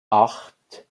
acht